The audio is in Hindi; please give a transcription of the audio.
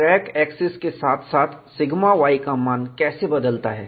क्रैक एक्सिस के साथ साथ σ y का मान कैसे बदलता है